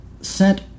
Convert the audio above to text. sent